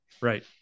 Right